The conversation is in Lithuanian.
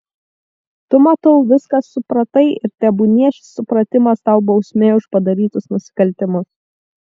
tu matau viską supratai ir tebūnie šis supratimas tau bausmė už padarytus nusikaltimus